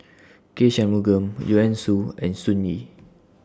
K Shanmugam Joanne Soo and Sun Yee